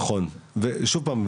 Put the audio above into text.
נכון ועוד פעם,